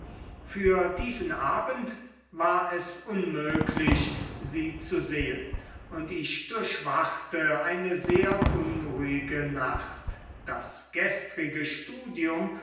für diesen abend war es unmöglich sie zu sehen und ich durchwachte eine sehr unruhige nacht das gestrige studium